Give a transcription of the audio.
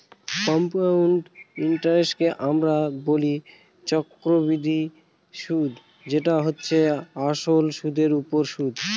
compound ইন্টারেস্টকে আমরা বলি চক্রবৃদ্ধি সুদ যেটা হচ্ছে আসলে সুধের ওপর সুদ